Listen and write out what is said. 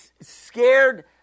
scared